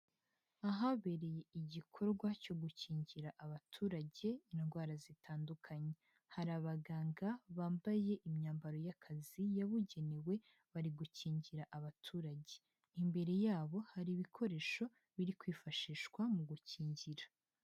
Ahabereye igikorwa cyo gukingira abaturage indwara zitandukanye, hari abaganga bambaye imyambaro y'akazi yabugenewe bari gukingira abaturage, imbere yabo hari ibikoresho biri kwifashishwa mu gukingira.